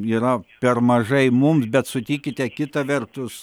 yra per mažai mums bet sutikite kita vertus